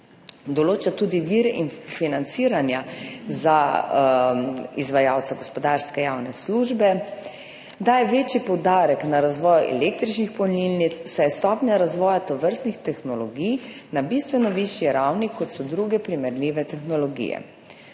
Določa tudi vire in financiranja za izvajalca gospodarske javne službe, daje večji poudarek na razvoju električnih polnilnic, saj je stopnja razvoja tovrstnih tehnologij na bistveno višji ravni, kot so druge primerljive tehnologije.